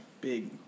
big